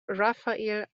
rafael